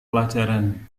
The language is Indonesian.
pelajaran